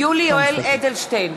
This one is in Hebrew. (קוראת בשמות חברי הכנסת) יולי יואל אדלשטיין,